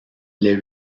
les